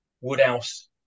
Woodhouse